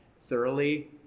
thoroughly